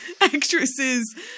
actresses